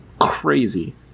crazy